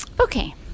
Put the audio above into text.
Okay